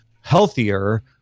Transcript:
healthier